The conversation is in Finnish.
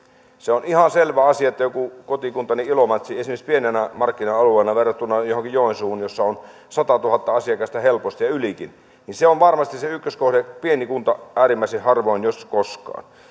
se on ihan selvä asia joku kotikuntani ilomantsi esimerkiksi on pieni markkina alue verrattuna johonkin joensuuhun jossa on satatuhatta asiakasta helposti ja ylikin joka on varmasti se ykköskohde pieni kunta äärimmäisen harvoin jos koskaan